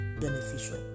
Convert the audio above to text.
beneficial